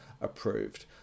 approved